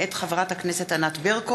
מאת חבר הכנסת עודד פורר,